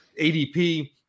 ADP